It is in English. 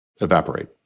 evaporate